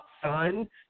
son